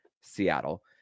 Seattle